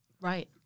right